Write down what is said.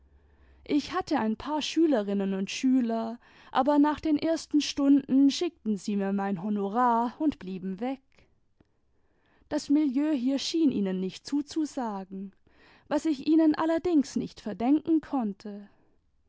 ich hatte ein paar schülerinnen und schüler aber nach den ersten stunden schickten sie mir mein honorar und blieben weg das milieu hier schien ihnen nicht zuzusagen was ich ihnen allerdings nicht verdenken konnte